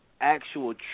actual